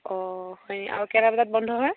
অঁ হয় নেকি আৰু কেইটা বজাত বন্ধ হয়